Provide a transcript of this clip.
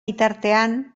bitartean